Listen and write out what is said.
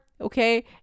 okay